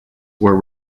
were